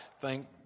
Thank